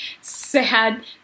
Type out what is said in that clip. sad